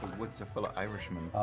woods are full of irishmen.